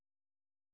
yes ma'am